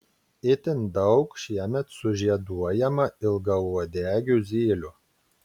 itin daug šiemet sužieduojama ilgauodegių zylių